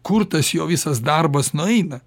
kur tas jo visas darbas nueina